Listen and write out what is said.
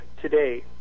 today